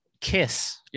kiss